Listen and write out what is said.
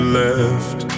left